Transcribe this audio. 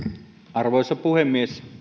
arvoisa puhemies